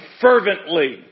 fervently